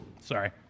Sorry